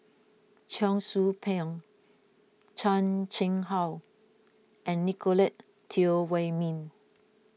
Cheong Soo Pieng Chan Chang How and Nicolette Teo Wei Min